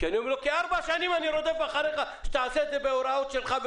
אני אומר להם: כי ארבע שנים אני רודף אחריכם שתעשו את זה בהוראות שלכם,